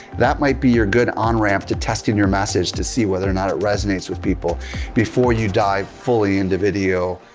that might be your good on-ramp to testing your message to see whether or not it resonates with people before you dive fully into video,